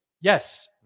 Yes